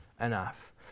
enough